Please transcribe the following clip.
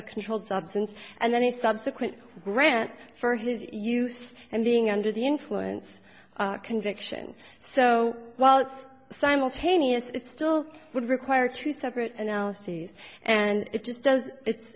a controlled substance and then he subsequently grant for his use and being under the influence conviction so while it's simultaneous it still would require two separate analyses and it just does it's